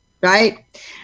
right